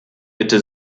bitte